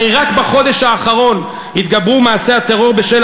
הרי רק בחודש האחרון התגברו מעשי הטרור בשל